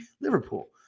Liverpool